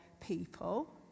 people